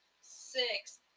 six